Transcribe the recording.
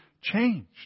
changed